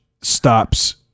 stops